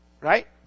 right